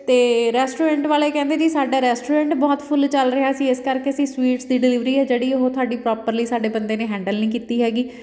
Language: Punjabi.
ਅਤੇ ਰੈਸਟੋਰੈਂਟ ਵਾਲੇ ਕਹਿੰਦੇ ਜੀ ਸਾਡਾ ਰੈਸਟੋਰੈਂਟ ਬਹੁਤ ਫੁੱਲ ਚੱਲ ਰਿਹਾ ਸੀ ਇਸ ਕਰਕੇ ਅਸੀਂ ਸਵੀਟਸ ਦੀ ਡਿਲੀਵਰੀ ਹੈ ਜਿਹੜੀ ਉਹ ਤੁਹਾਡੀ ਪ੍ਰੋਪਰਲੀ ਸਾਡੇ ਬੰਦੇ ਨੇ ਹੈਂਡਲ ਨਹੀਂ ਕੀਤੀ ਹੈਗੀ